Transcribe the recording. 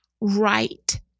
right